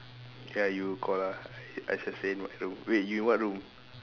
ya you call ah I I just stay in my room wait you in what room